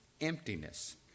emptiness